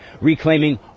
reclaiming